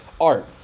Art